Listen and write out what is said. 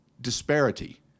disparity